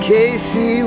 Casey